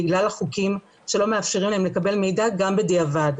בגלל החוקים שלא מאפשרים להם לקבל מידע גם בדיעבד.